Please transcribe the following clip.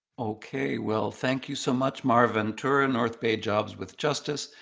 okay, well, thank you so much, mara ventura, north bay jobs with justice.